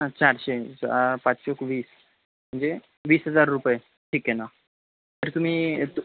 हा चारशे पाच चोक वीस म्हणजे वीस हजार रुपये ठीक आहे ना तर तुम्ही